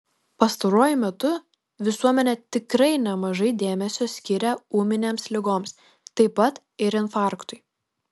pastaruoju metu visuomenė tikrai nemažai dėmesio skiria ūminėms ligoms taip pat ir infarktui